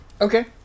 Okay